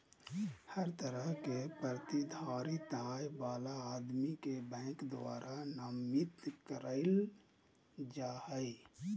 हर तरह के प्रतिधारित आय वाला आदमी के बैंक द्वारा नामित कईल जा हइ